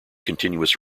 continuous